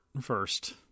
first